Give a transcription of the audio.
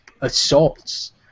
assaults